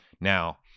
Now